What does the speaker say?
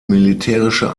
militärische